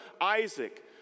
Isaac